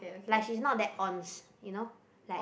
like she is not that ons you know like